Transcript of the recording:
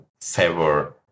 favor